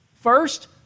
First